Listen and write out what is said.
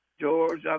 George